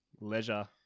leisure